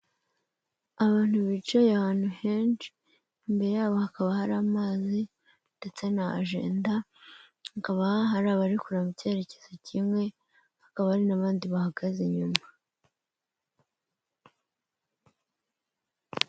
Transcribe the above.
Abantu bicaye ahantu henshi imbere yabo hakaba hari amazi ndetse na ajenda, hakaba hari abarikurebaa mu cyerekezo kimwe hakaba hari n'abandi bahagaze inyuma.